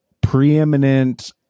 preeminent